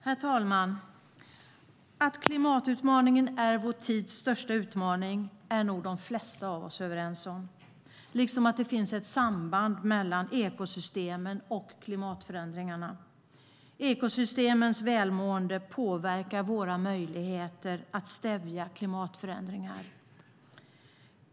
Herr talman! Att klimatutmaningen är vår tids största utmaning är nog de flesta av oss överens om, liksom om att det finns ett samband mellan ekosystemen och klimatförändringarna. Ekosystemens välmående påverkar våra möjligheter att stävja klimatförändringar.